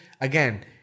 Again